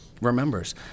remembers